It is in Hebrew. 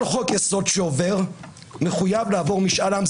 כל חוק-יסוד מחויב לעבור משאל עם.